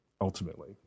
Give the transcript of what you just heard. ultimately